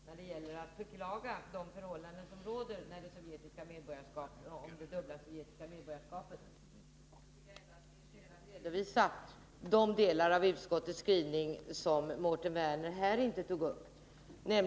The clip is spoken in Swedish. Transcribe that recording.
Herr talman! Utan att på något sätt skilja mig från min partibroder när det gäller att beklaga de förhållanden som råder beträffande det dubbla sovjetiska medborgarskapet tycker jag ändå att det finns skäl att redovisa de delar av utskottets skrivning som Mårten Werner inte tog upp här.